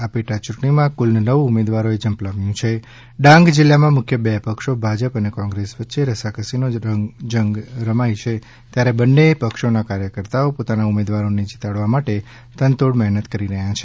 આ પેટાચૂંટણીમાં કુલ નવ ઉમેદવારોએ ઝંપલાવ્યું છેડાંગ જિલ્લામાં મુખ્ય બે પક્ષો ભાજપ અને કોંગ્રેસ વચ્ચે રસાકસીનો જંગ રમાય છે ત્યારે બંને પક્ષોના કાર્યકર્તાઓ પોતાના ઉમેદવારોને જીતાડવા માટે તનતોડ મહેનત કરી રહ્યા છે